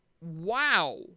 Wow